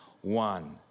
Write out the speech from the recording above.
one